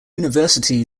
university